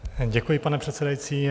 Děkuji, pane předsedající.